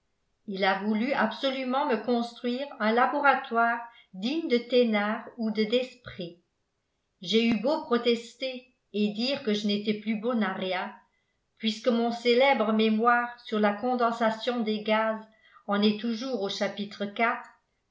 il a voulu absolument me construire un laboratoire digne de thénard ou de desprez j'ai eu beau protester et dire que je n'étais plus bon à rien puisque mon célèbre mémoire sur la condensation des gaz en est toujours au chapitre